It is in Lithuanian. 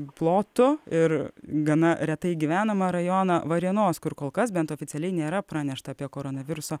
plotu ir gana retai gyvenamą rajoną varėnos kur kol kas bent oficialiai nėra pranešta apie koronaviruso